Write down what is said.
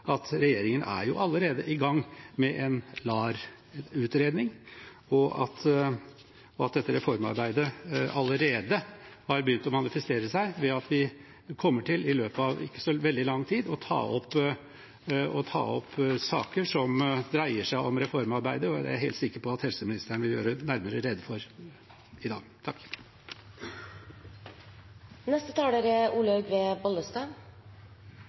at regjeringen allerede er i gang med en LAR-utredning, og at dette reformarbeidet allerede har begynt å manifestere seg ved at vi i løpet av ikke så veldig lang tid kommer til å ta opp saker som dreier seg om reformarbeidet. Det er jeg helt sikker på at helseministeren vil gjøre nærmere rede for i dag. Det aller viktigste i ruspolitikken er